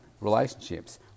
relationships